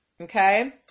okay